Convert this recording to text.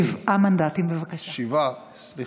שבעה מנדטים, בבקשה.